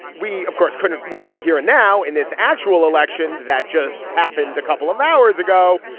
we of course couldn't win here and now in this actual election that just happened a couple of hours ago.